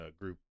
Group